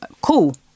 cool